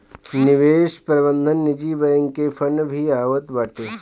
निवेश प्रबंधन निजी बैंक के फंड भी आवत बाटे